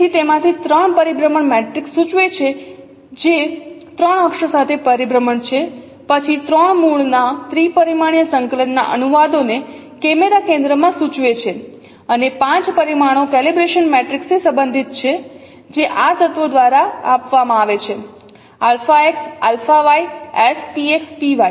તેથી તેમાંથી 3 પરિભ્રમણ મેટ્રિક્સ સૂચવે છે જે 3 અક્ષો સાથે પરિભ્રમણ છે પછી 3 મૂળના ત્રિ પરિમાણીય સંકલનના અનુવાદોને કેમેરા કેન્દ્રમાં સૂચવે છે અને 5 પરિમાણો કેલિબ્રેશન મેટ્રિક્સ થી સંબંધિત છે જે આ તત્વો દ્વારા આપવામાં આવે છે αx αy s px py